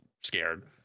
scared